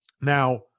Now